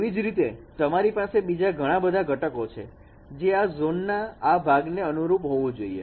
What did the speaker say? તેવી જ રીતે તમારી પાસે બીજા ઘણા બધા ઘટકો છે જે આ ઝોનના આ ભાગ ને અનુરૂપ હોવું જોઈએ